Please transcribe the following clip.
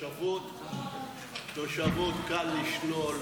תושבות קל לשלול.